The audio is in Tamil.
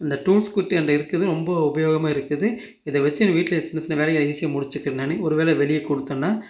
இந்த டூல்ஸ் கிட்டு என்கிட்ட இருக்கிறது ரொம்ப உபயோகமாக இருக்குது இதை வச்சி நான் வீட்டில் சின்னச் சின்ன வேலையை ஈஸியாக முடித்துக்குவேன் நான் ஒருவேளை வெளியே கொடுத்தோன்னா